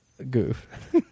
goof